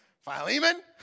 Philemon